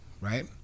right